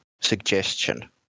suggestion